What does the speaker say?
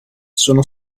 sono